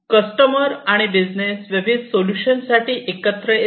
customer आणि business विविध solution साठी एकत्र येतात